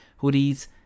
hoodies